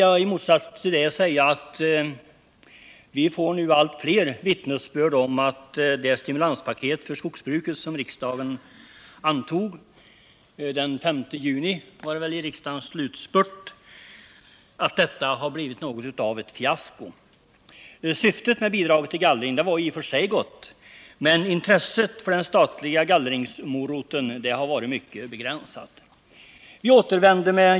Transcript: Jag vill då säga att vi får nu allt fler vittnesbörd om att det stimulanspaket för skogsbruket som antogs i riksdagens slutspurt, den 5 juni, har blivit något av ett fiasko. Syftet med bidraget till gallring var i och för sig gott, men intresset för den statliga gallringsmoroten har varit mycket begränsat.